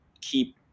keep